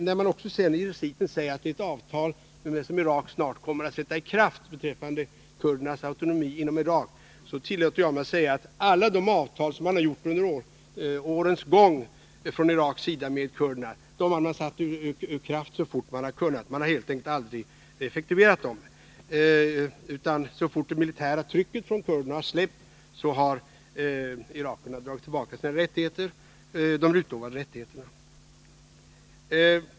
När man i reciten också säger att det är avtal som Irak snart kommer att sätta i kraft beträffande kurdernas autonomi inom Irak, tillåter jag mig säga att alla de avtal som man från Iraks sida under årens gång har träffat med kurderna har man satt ur kraft så fort man kunnat. Man har helt enkelt aldrig effektuerat dem, utan så snart det militära trycket från kurderna har släppt har irakierna dragit tillbaka de utlovade rättigheterna.